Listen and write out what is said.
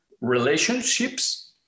relationships